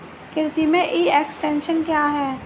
कृषि में e extension क्या है?